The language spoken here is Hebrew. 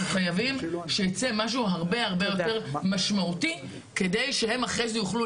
אנחנו חייבים שיצא משהו הרבה יותר משמעותי כדי שהם אחרי זה יוכלו